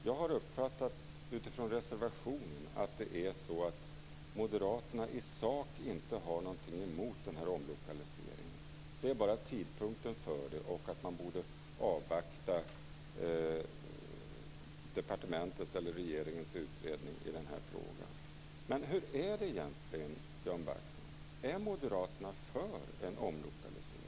Jag har utifrån reservationen uppfattat att moderaterna i sak inte har någonting emot den här omlokaliseringen. Det är bara tidpunkten för den man vänder sig emot, och man tycker att vi borde avvakta departementets eller regeringens utredning i frågan. Men hur är det egentligen, Jan Backman, är moderaterna för en omlokalisering?